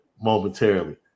momentarily